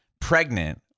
pregnant